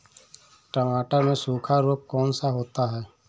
टमाटर में सूखा रोग कौन सा होता है?